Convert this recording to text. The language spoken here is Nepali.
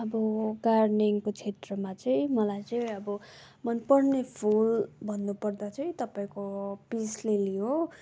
अब गार्डनिङको क्षेत्रमा चाहिँ मलाई चाहिँ अब मनपर्ने फुल भन्नुपर्दा चाहिँ तपाईँको पिस लिली हो